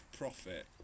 profit